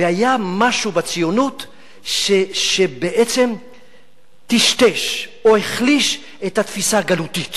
היה משהו בציונות שבעצם טשטש או החליש את התפיסה הגלותית.